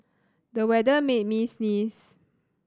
the weather made me sneeze